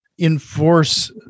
enforce